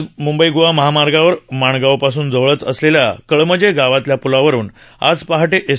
महाराष्ट्रात म्ं ई गोवा महामार्गावर माणगावापासून जवळच असलेल्या कळमजे गावातल्या प्लावरुन आज पहाटे एस